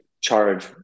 charge